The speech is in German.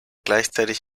gleichzeitig